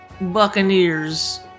Buccaneers